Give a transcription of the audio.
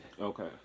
Okay